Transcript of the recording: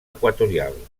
equatorial